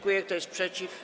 Kto jest przeciw?